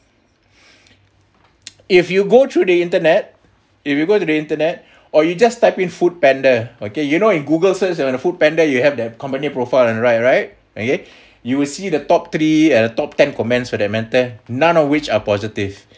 if you go through the internet if you go to the internet or you just type in foodpanda okay you know in google search that on a foodpanda you have their company profile on the right right okay you will see the top three and the top ten comments for that matter none of which are positive